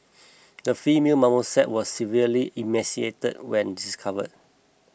the female marmoset was severely emaciated when discovered